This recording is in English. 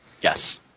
Yes